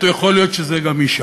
יכול להיות שזה גם אישה.